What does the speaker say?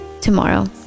tomorrow